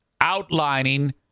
outlining